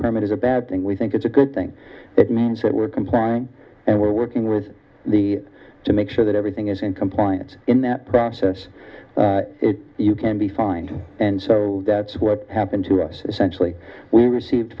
permit is a bad thing we think it's a good thing it means that we're complying and we're working with the to make sure that everything is in compliance in that process you can be fined and so that's what happened to us essentially we received